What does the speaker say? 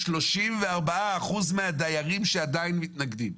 34% מהדיירים שעדיין מתנגדים.